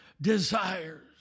desires